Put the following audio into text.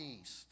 East